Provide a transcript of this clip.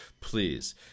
please